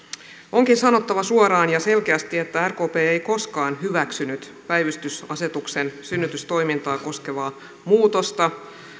onkin sanottava suoraan ja selkeästi että rkp ei koskaan hyväksynyt päivystysasetuksen synnytystoimintaa koskevaa muutosta